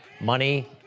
money